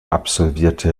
absolvierte